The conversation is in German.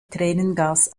tränengas